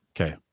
Okay